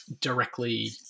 directly